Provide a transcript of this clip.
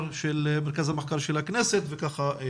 של מרכז המחקר והמידע של הכנסת ונמשיך.